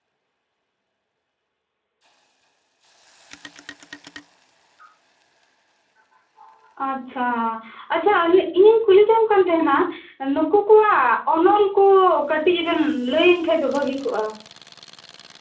ᱟᱪᱪᱷᱟ ᱟᱪᱪᱷᱟ ᱤᱧᱤᱧ ᱠᱩᱞᱤ ᱡᱚᱝ ᱠᱟᱱ ᱛᱟᱦᱮᱸᱱᱟ ᱱᱩᱠᱩ ᱠᱚᱣᱟᱜ ᱚᱱᱚᱞ ᱠᱚ ᱠᱟᱹᱴᱤᱡ ᱵᱮᱱ ᱞᱟᱹᱭᱟᱹᱧ ᱠᱷᱟᱱ ᱵᱷᱟᱹᱜᱤ ᱠᱚᱜᱼᱟ